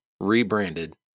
rebranded